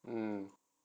mm